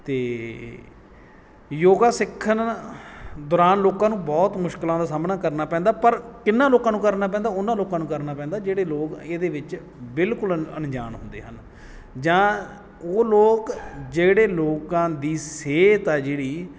ਅਤੇ ਯੋਗਾ ਸਿੱਖਣ ਦੌਰਾਨ ਲੋਕਾਂ ਨੂੰ ਬਹੁਤ ਮੁਸ਼ਕਿਲਾਂ ਦਾ ਸਾਹਮਣਾ ਕਰਨਾ ਪੈਂਦਾ ਪਰ ਕਿਹਨਾਂ ਲੋਕਾਂ ਨੂੰ ਕਰਨਾ ਪੈਂਦਾ ਉਹਨਾਂ ਲੋਕਾਂ ਨੂੰ ਕਰਨਾ ਪੈਂਦਾ ਜਿਹੜੇ ਲੋਕ ਇਹਦੇ ਵਿੱਚ ਬਿਲਕੁਲ ਅਣ ਅਣਜਾਣ ਹੁੰਦੇ ਹਨ ਜਾਂ ਉਹ ਲੋਕ ਜਿਹੜੇ ਲੋਕਾਂ ਦੀ ਸਿਹਤ ਆ ਜਿਹੜੀ